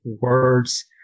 words